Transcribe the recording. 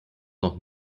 noch